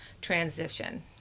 transition